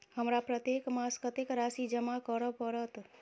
हमरा प्रत्येक मास कत्तेक राशि जमा करऽ पड़त?